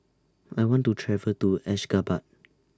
I want to travel to Ashgabat